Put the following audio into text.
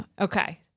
Okay